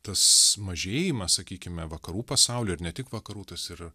tas mažėjimas sakykime vakarų pasauly ir ne tik vakarų tas ir